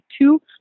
two